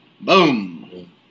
Boom